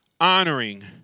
honoring